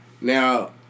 Now